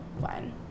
Fine